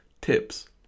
tips